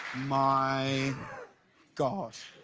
my gosh.